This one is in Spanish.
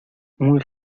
muy